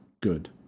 good